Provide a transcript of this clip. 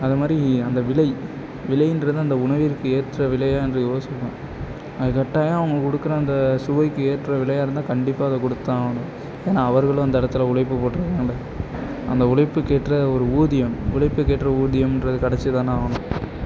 அதை மாதிரி அந்த விலை விலைன்றது அந்த உணவிற்கு ஏற்ற விலையாக என்று யோசிப்பன் அது கட்டாயம் அவங்க கொடுக்குற அந்த சுவைக்கு ஏற்ற விலையாக இருந்தால் கண்டிப்பாக அதை கொடுத்துதான் ஆகணும் ஏன்னால் அவர்களும் அந்த இடத்துல உழைப்பு போட்டதுனால் அந்த உழைப்புக்கேற்ற ஒரு ஊதியம் உழைப்புக்கேற்ற ஊதியம்ன்றது கிடச்சி தான ஆகணும்